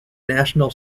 national